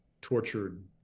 tortured